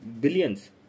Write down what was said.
billions